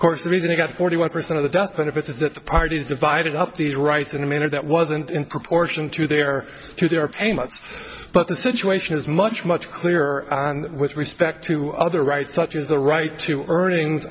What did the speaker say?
course the reason it got forty one percent of the death benefits is that the parties divided up these rights in a manner that wasn't in proportion to their to their payments but the situation is much much clearer with respect to other rights such as the right to earnings